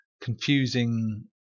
confusing